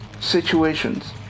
situations